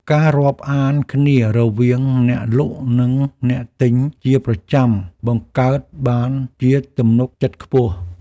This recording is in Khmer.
ការរាប់អានគ្នារវាងអ្នកលក់ និងអ្នកទិញជាប្រចាំ បង្កើតបានជាទំនុកចិត្តខ្ពស់។